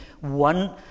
one